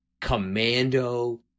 Commando